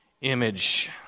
image